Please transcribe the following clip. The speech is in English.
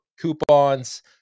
coupons